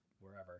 wherever